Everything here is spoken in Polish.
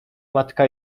matka